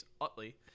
Utley